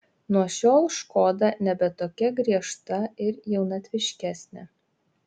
nuo šiol škoda nebe tokia griežta ir jaunatviškesnė